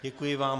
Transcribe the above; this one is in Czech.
Děkuji vám.